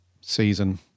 season